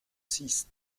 six